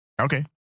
okay